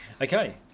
Okay